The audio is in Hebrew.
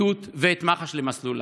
הפרקליטות ואת מח"ש למסלולן.